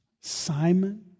Simon